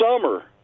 summer